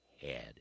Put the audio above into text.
head